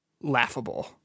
laughable